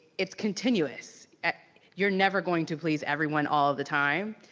it's continuous. you're never going to please everyone all the time,